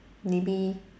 maybe